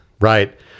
right